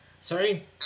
Sorry